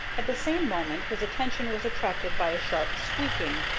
at the same moment his attention was attracted by a sharp squeaking,